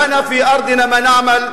(אומר בשפה הערבית: לנו מעשינו באדמתנו/ לנו